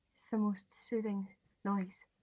so most soothing noise.